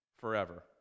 forever